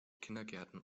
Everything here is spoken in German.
kindergärten